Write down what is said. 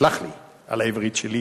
תסלח לי על העברית שלי,